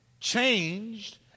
changed